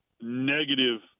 negative